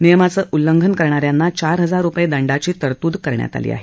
नियमांच उल्लंघन करणा यांना चार हजार रुपये दंडाची तरतुद करण्यात आली आहे